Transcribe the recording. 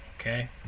Okay